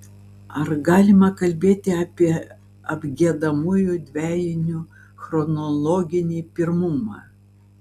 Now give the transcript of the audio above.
ar galima kalbėti apie apgiedamųjų dvejinių chronologinį pirmumą